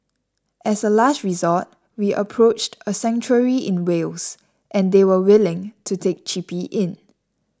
as a last resort we approached a sanctuary in Wales and they were willing to take Chippy in